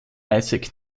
isaac